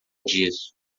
disso